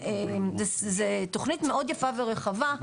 זו תוכנית מאוד יפה ורחבה,